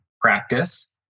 practice